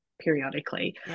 periodically